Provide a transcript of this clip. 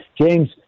James